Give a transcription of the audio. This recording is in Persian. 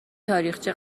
تاریخچه